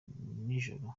nijoro